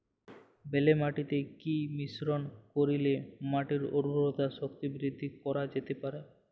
বেলে মাটিতে কি মিশ্রণ করিলে মাটির উর্বরতা শক্তি বৃদ্ধি করা যেতে পারে?